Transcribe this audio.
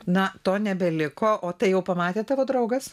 na to nebeliko o tai jau pamatė tavo draugas